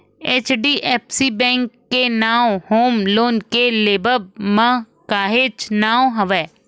HDFC bank के नांव home loan के लेवब म काहेच नांव हवय